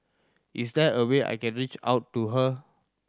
is there a way I can reach out to her